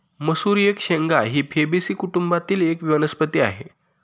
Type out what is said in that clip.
मसूर एक शेंगा ही फेबेसी कुटुंबातील एक वनस्पती आहे